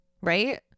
right